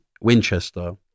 winchester